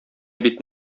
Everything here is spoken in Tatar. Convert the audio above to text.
бит